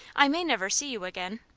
i may never see you again.